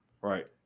right